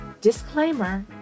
Disclaimer